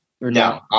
No